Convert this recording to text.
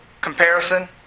comparison